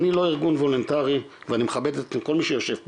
אני לא ארגון וולונטרי ואני מכבד את כל מי שיושב פה,